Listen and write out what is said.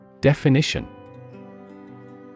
Definition